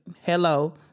Hello